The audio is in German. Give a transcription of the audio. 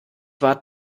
war